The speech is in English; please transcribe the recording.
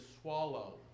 swallow